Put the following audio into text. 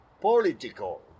political